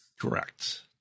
correct